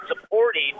supporting